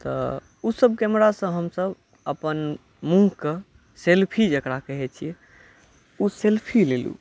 तऽ ओ सब कैमरा सँ हमसब अपन मुँह के सेल्फी जकरा कहै छियै ओ सेल्फी लेलहुॅं